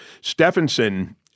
Stephenson